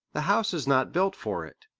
the house is not built for it.